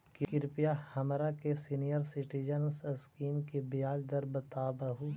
कृपा हमरा के सीनियर सिटीजन स्कीम के ब्याज दर बतावहुं